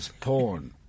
porn